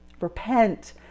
repent